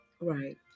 Right